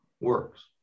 works